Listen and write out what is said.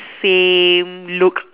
same look